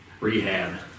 rehab